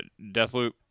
Deathloop